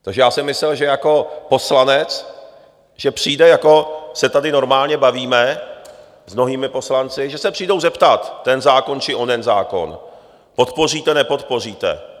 Takže já jsem myslel, že jako poslanec přijde, jako se tady normálně bavíme s mnohými poslanci, že se přijdou zeptat na ten zákon či onen zákon podpoříte, nepodpoříte?